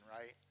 right